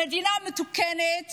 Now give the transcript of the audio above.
במדינה מתוקנת